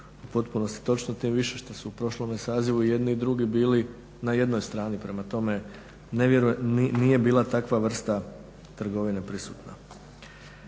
u potpunosti točno. Tim više što su u prošlome sazivu i jedni i drugi bili na jednoj strani. Prema tome, nije bila takva vrsta trgovine prisutna.